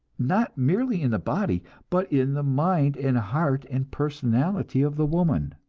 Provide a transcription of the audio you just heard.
not merely in the body, but in the mind and heart and personality of the woman.